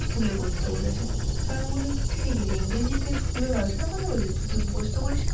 স্কুলে করতে বলেছে তা আমি বলি সে কীরে ইংরেজিতে স্কুলে রচনা করতে বলেছে তো তুই মুখস্ত করিসনি